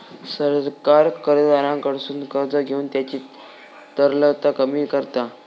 सरकार कर्जदाराकडसून कर्ज घेऊन त्यांची तरलता कमी करता